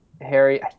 Harry